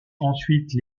ensuite